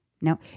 No